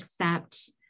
accept